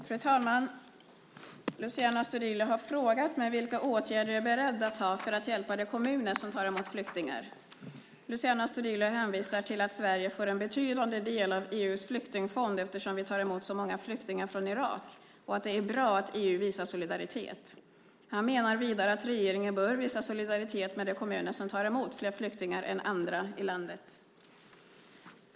Fru talman! Luciano Astudillo har frågat mig vilka åtgärder jag är beredd att vidta för att hjälpa de kommuner som tar emot flyktingar. Luciano Astudillo hänvisar till att Sverige får en betydande del av EU:s flyktingfond eftersom vi tar emot så många flyktingar från Irak och att det är bra att EU visar solidaritet. Han menar vidare att regeringen bör visa solidaritet med de kommuner som tar emot fler flyktingar än andra i landet.